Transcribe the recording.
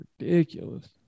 ridiculous